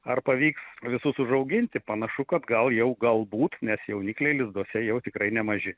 ar pavyks visus užauginti panašu kad gal jau galbūt nes jaunikliai lizduose jau tikrai nemaži